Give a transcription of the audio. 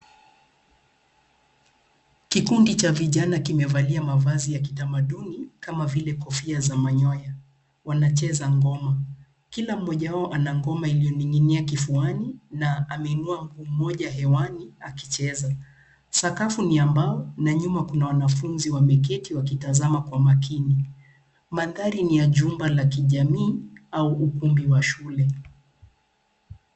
Kikundi cha vijana kimevalia mavazi ya kitamaduni kama vile kofia za manyoa wanacheza ngoma, kila moja wao anakoma ilioningi'nia kifuani na ameinua mguu moja hewani akicheza, sakafu ni ya mbao na nyuma kuna wanafunzi wameketi wakitazama kwa makini, maandari ni ya jumba la kijamii au ukumbi wa shule.